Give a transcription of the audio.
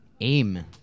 AIM